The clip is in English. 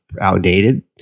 outdated